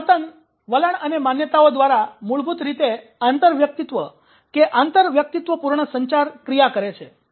આ વર્તન વલણ અને માન્યતાઓ દ્વારા મૂળભૂત રીતે આંતરવ્યક્તિત્વ કે આંતરવ્યક્તિત્વપૂર્ણ સંચાર ક્રિયા કરે છે